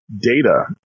data